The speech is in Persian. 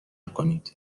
کنید